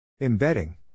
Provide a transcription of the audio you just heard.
Embedding